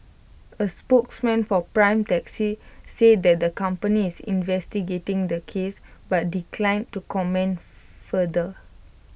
A spokesman for prime taxi said that the company is investigating the case but declined to comment further